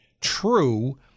true